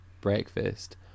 breakfast